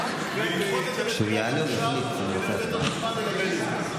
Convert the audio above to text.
ולתת לנו זמן לטפל בזה.